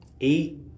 eight